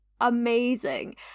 amazing